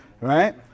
Right